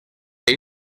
ahí